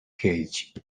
cage